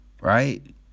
Right